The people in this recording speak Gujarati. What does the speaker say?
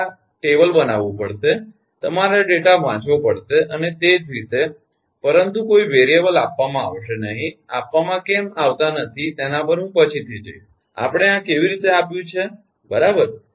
તમારે આ કોષ્ટક બનાવવું પડશે તમારે આ ડેટા વાંચવો પડશે અને તે જ રીતે પરંતુ કોઈ ચલ આપવામાં આવશે નહીં આપવામાં કેમ નથી આવતા તેના પર હું પછી જઇશ આપણે આ કેવી રીતે આપ્યું છે બરાબર